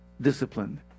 disciplined